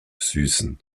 süßen